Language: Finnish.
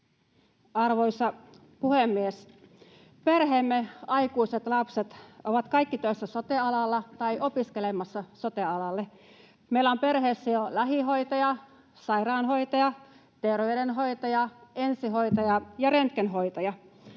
Arvoisa puhemies! Perheemme aikuiset lapset ovat kaikki töissä sote-alalla tai opiskelemassa sote-alalle. Meillä on perheessä jo lähihoitaja, sairaanhoitaja, terveydenhoitaja, ensihoitaja ja röntgenhoitaja.